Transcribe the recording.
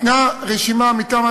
ניתנה רשימה.